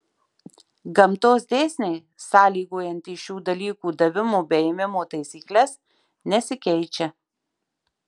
gamtos dėsniai sąlygojantys šių dalykų davimo bei ėmimo taisykles nesikeičia